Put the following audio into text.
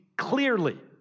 Clearly